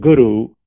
Guru